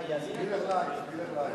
מס' 25),